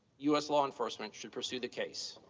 u s. law enforcement should pursue the case.